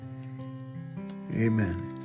Amen